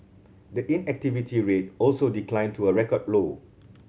the inactivity rate also declined to a record low